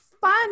fun